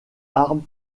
armes